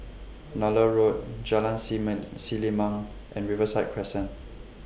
Nallur Road Jalan semen Selimang and Riverside Crescent